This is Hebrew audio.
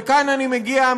וכאן אני מגיע,